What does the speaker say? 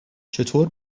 چطور